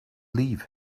leave